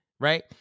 right